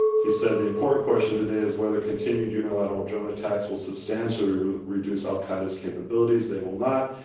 he said, the important question today is whether continued unilateral drone attacks will substantially reduce al-qaeda's capabilities. they will not.